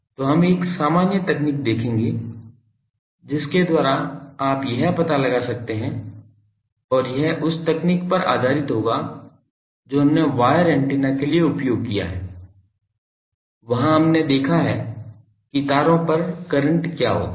तो हम एक सामान्य तकनीक देखेंगे जिसके द्वारा आप यह पता लगा सकते हैं और यह उस तकनीक पर आधारित होगा जो हमने वायर एंटेना के लिए उपयोग किया है कि वहाँ हमने देखा है कि तारों पर करंट क्या है